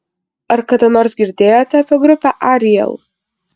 ar kada nors girdėjote apie grupę ariel